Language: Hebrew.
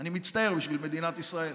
אני מצטער בשביל מדינת ישראל.